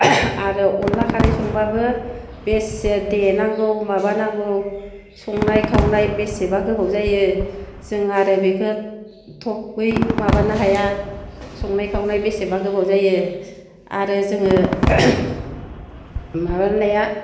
आरो अनद्ला खारै संब्लाबो बेसे देनांगौ माबानांगौ संनाय खावनाय बेसेबा गोबाव जायो जों आरो बेखो थबै माबानो हाया संनाय खावनाय बेसेबा गोबाव जायो आरो जोङो माबानाया